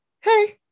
Hey